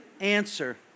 answer